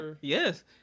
Yes